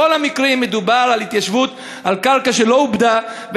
בכל המקרים מדובר בהתיישבות על קרקע שלא עובדה,